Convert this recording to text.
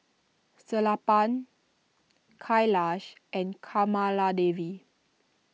Sellapan Kailash and Kamaladevi